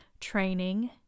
training